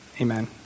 Amen